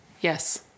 Yes